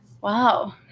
Wow